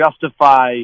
justify